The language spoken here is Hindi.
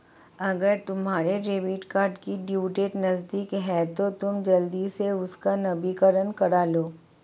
अगर तुम्हारे डेबिट कार्ड की ड्यू डेट नज़दीक है तो तुम जल्दी से उसका नवीकरण करालो